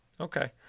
Okay